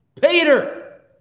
Peter